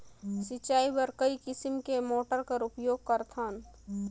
सिंचाई बर कई किसम के मोटर कर उपयोग करथन?